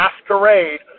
masquerade